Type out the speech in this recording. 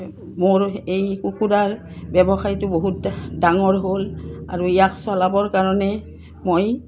মোৰ এই কুকুৰাৰ ব্যৱসায়টো বহুত ডাঙৰ হ'ল আৰু ইয়াক চলাবৰ কাৰণে মই